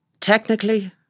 technically